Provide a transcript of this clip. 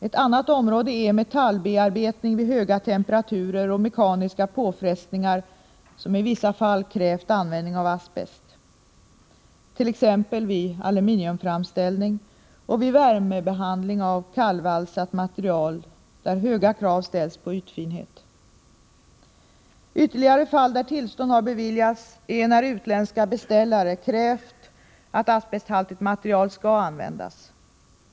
Ett annat område är metallbearbetning vid höga temperaturer och mekaniska påfrestningar som i vissa fall krävt användning av asbest, t.ex. vid aluminiumframställning och vid värmebehandling av kallvalsat material där höga krav ställs på ytfinhet. Ytterligare fall där tillstånd har beviljats är när utländska beställare krävt att asbesthaltigt material skall användas.